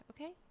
okay